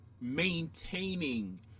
maintaining